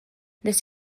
wnes